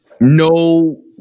no